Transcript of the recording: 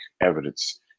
evidence